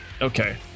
okay